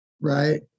right